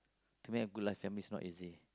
to me a good life family is not easy